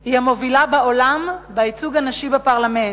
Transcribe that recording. היא המובילה בעולם בייצוג הנשי בפרלמנט,